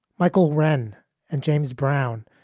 michael rhen and james brown,